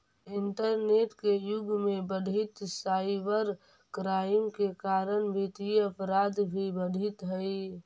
internet के युग में बढ़ीते साइबर क्राइम के कारण वित्तीय अपराध भी बढ़ित हइ